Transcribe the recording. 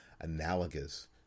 analogous